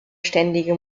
ständige